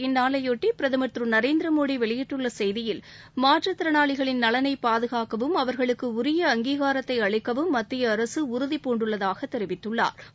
இந்நாளையொட்டி பிரதமர் திரு நரேந்திரமோடி வெளியிட்டுள்ள செய்தியில் மாற்றுத்தினாளிகளின் நலனை பாதுகாக்கவும் அவர்களுக்கு உரிய அங்கீகாரத்தை அளிக்கவும் மத்திய அரசு உறுதிபூண்டுள்ளதாக தெரிவித்துள்ளா்